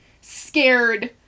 scared